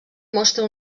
mostra